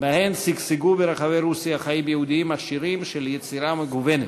שבהן שגשגו ברחבי רוסיה חיים יהודיים עשירים של יצירה מגוונת.